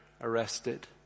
arrested